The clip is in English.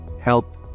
help